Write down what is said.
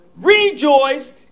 Rejoice